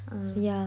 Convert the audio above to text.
ah